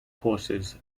courses